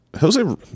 jose